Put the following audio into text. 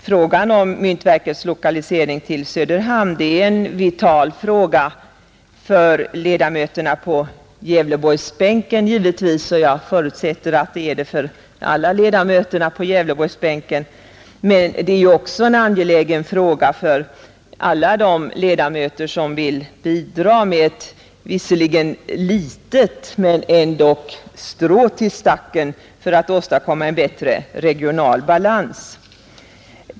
Myntoch justeringsverkets lokalisering till Söderhamn är en vital fråga — förutsätter jag — för samtliga ledamöter på Gävleborgsbänken. Men det är också en angelägen fråga för alla de ledamöter som vill dra ett, om också litet, strå till stacken för att åstadkomma en bättre regional balans.